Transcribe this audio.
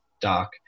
Doc